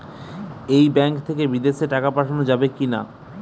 এই ব্যাঙ্ক থেকে বিদেশে টাকা পাঠানো যাবে কিনা?